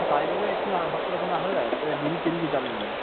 তাই বলে এক্ষুণি হট করে ওকম আসা যায় তা ডিম টিম দিয়ে চালিয়ে নাও